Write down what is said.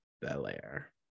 Belair